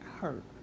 hurt